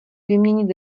vyměnit